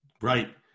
Right